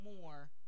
more